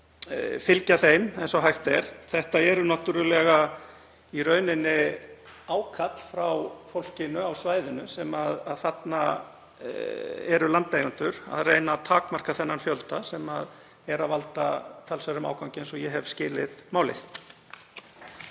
fylgja því eins og hægt er. Þetta er í rauninni ákall frá fólkinu á svæðinu sem þarna er, landeigendum, um að reyna að takmarka þann fjölda sem veldur þarna talsverðum ágangi, eins og ég hef skilið málið.